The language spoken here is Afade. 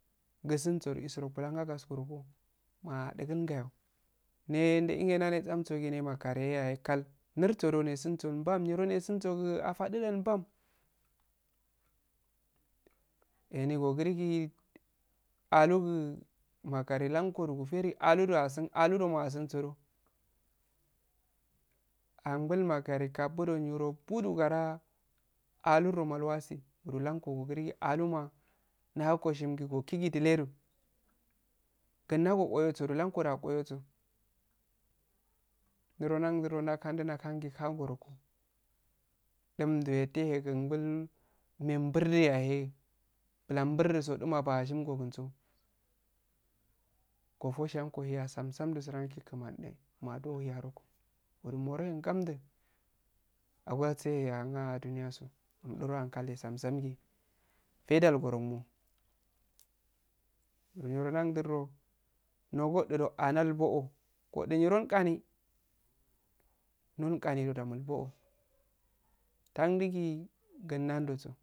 Gugunsodu isuro bullan agaskoroko madugn gayoh nehh nde dwwe ndene samgo gi neyo makariye yoh yah he ksal. nirisodo neginsso mbbam su afadu da mbbam ehm gogirigi alugu makari llan kodu guferego alu doma agungodoh anbul ngol makari kabu do niro budu ngara alur ddo mma iwasi gulankko gogirigi aluma nahukko shin ghi gokkigiduledu gunna goqoyosoh niro ndawududu ndawhengu hamgorokoh, dumdu edde ehegumbul menbu du yahe bulan burddugo bashingo gungo gofo siyankko hiya tsam tasm du tgirani kumani eh mado oh hiyaroko. urumorehe ngamddu agol senhe angoro duniyaso umdoro ankalhey tsam tsam gi faiddal gorouimmo niro rdawdirdo niroodu da ndal-boow oww godu niro qaani niron qani doda nui bow oww tandugi gun nandosow